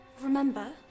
Remember